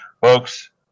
Folks